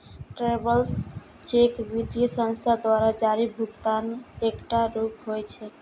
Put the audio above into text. travellers cheque वित्तीय संस्थान द्वारा जारी भुगतानक एकटा रूप होइ छै